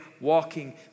walking